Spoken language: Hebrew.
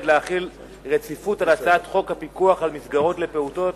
להחיל רציפות על הצעת חוק הפיקוח על מסגרות לפעוטות.